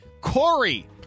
Corey